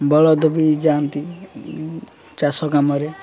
ବଳଦ ବି ଯାଆନ୍ତି ଚାଷ କାମରେ